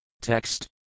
Text